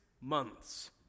months